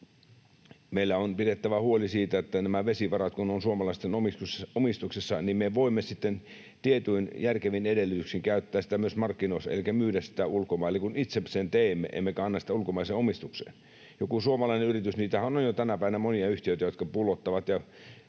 meidän on pidettävä huoli siitä, että kun nämä vesivarat ovat suomalaisten omistuksessa, niin me voimme sitten tietyin järkevin edellytyksin käyttää sitä myös markkinoinnissa elikkä myydä sitä ulkomaille, kun itse me sen teemme, emmekä anna sitä ulkomaiseen omistukseen. Jotkut suomalaiset yritykset — tänä päivänähän on jo monia yhtiöitä — pullottavat